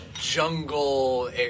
jungle